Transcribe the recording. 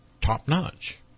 top-notch